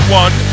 one